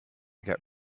get